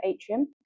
Atrium